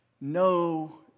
No